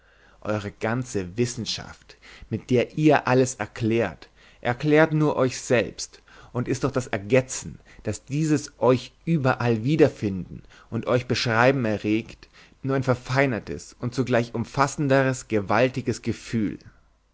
eure ganze wissenschaft mit der ihr alles erklärt erklärt nur euch selbst und ist durch das ergetzen das dieses euch überall wiederfinden und euch beschreiben erregt nur ein verfeinertes und zugleich umfassenderes gewaltiges gefühl